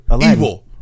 evil